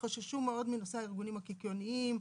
חששו מאוד מנושא הארגונים הקיקיוניים.